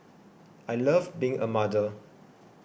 I love being a mother